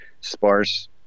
sparse